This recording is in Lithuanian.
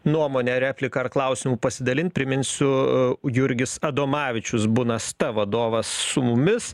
nuomone replika ar klausimu pasidalint priminsiu jurgis adomavičius bunasta vadovas su mumis